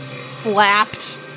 slapped